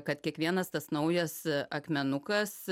kad kiekvienas tas naujas akmenukas